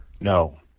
No